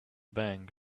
bank